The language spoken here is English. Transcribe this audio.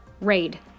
raid